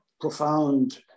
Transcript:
profound